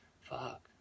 fuck